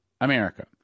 America